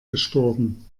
gestorben